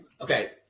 okay